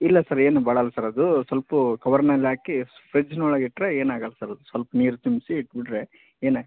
ಇಲ್ಲ ಸರ್ ಏನು ಬಾಡಲ್ಲ ಸರ್ ಅದು ಸೊಲ್ಪ ಕವರ್ನಲ್ಲಿ ಹಾಕಿ ಫ್ರಿಡ್ಜ್ನೊಳಗೆ ಇಟ್ಟರೆ ಏನು ಆಗೋಲ್ಲ ಸರ್ ಅದು ಸ್ವಲ್ಪ್ ನೀರು ಚುಮುಕ್ಸಿ ಇಟ್ಬಿಟ್ರೆ ಏನು ಆಗಲ್ಲ